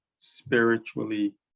spiritually